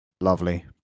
Lovely